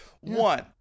One